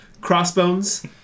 Crossbones